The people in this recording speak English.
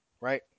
right